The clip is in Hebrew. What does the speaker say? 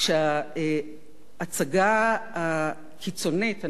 שההצגה הקיצונית, אני מצטערת לומר,